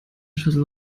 schüssel